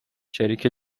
شریک